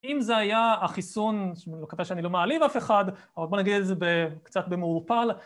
אם זה היה החיסון, אני מקווה שאני לא מעליב אף אחד, אבל בוא נגיד את זה קצת במעורפל.